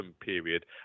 period